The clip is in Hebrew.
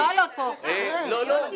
לא, לא.